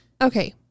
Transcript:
okay